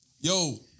Yo